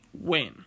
win